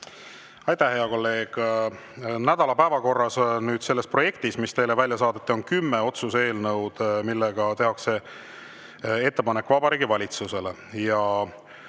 Aitäh, hea kolleeg! Nädala päevakorras, selles projektis, mis teile välja saadeti, on kümme otsuse eelnõu, millega tehakse ettepanek Vabariigi Valitsusele.